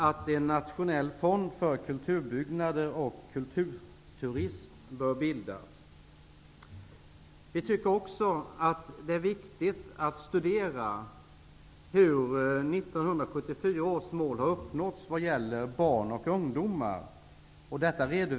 En nationell fond för kulturbyggnader och kulturturism bör bildas. Det är också viktigt att studera hur 1974 års mål har uppnåtts i vad gäller barn och ungdomar.